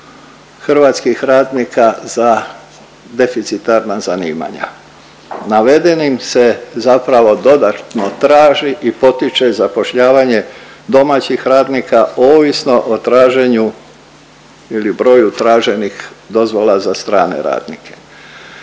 hrvatskih radnika za deficitarna zanimanja. Navedenim se zapravo dodatno traži i potiče zapošljavanje domaćih radnika, ovisno o traženju ili broju traženih dozvola za strane radnike.